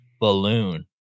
balloon